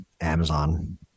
Amazon